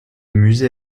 musée